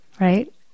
right